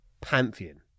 pantheon